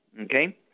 okay